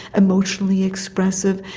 emotionally expressive,